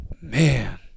Man